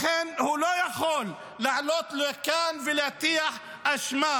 לכן הוא לא יכול לעלות לכאן ולהטיח אשמה.